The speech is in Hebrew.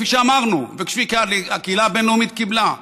כפי שאמרנו וכפי שהקהילה הבין-לאומית קיבלה,